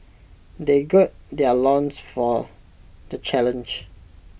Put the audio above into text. they gird their loins for the challenge